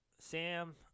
Sam